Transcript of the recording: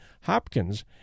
Hopkins